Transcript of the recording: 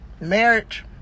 Marriage